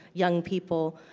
young people,